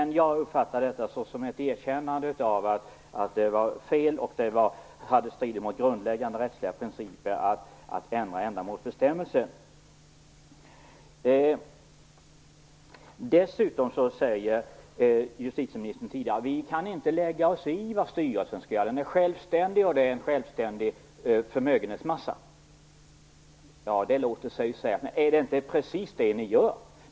Jag uppfattar detta såsom ett erkännande av att man gjorde fel och att det strider mot grundläggande rättsliga principer att ändra ändamålsbestämmelsen. Dessutom sade justitieministern tidigare att vi inte kan lägga oss i vad styrelsen skall göra. Den är självständig, och den förvaltar en självständig förmögenhetsmassa. Ja, det låter sig ju sägas, men är det inte precis så ni gör?